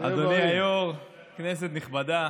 אדוני היו"ר, כנסת נכבדה,